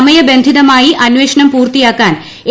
സമയബന്ധിതമായി അന്വേഷണം പൂർത്തിയാക്കാൻ എ